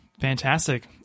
fantastic